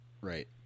Right